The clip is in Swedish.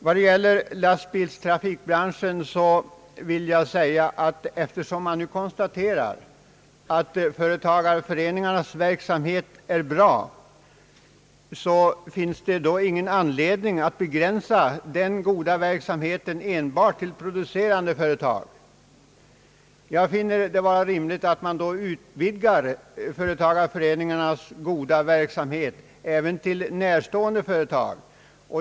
Vad gäller lastbilstrafikbranschen vill jag säga att, eftersom man nu konstaterar att företagareföreningarnas verksamhet är bra, det inte finns någon anledning att begränsa den goda verksamheten enbart till producerande fö retag. Det vore rimligt att utvidga företagareföreningarnas goda verksamhet även till närstående företag.